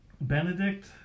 Benedict